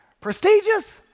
Prestigious